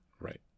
Right